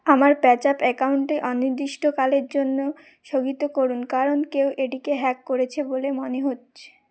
আমার পেজ্যাপ অ্যাকাউন্টে অনির্দিষ্টকালের জন্য স্থগিত করুন কারণ কেউ এটিকে হ্যাক করেছে বলে মনে হচ্ছে